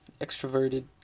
extroverted